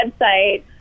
website